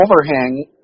overhang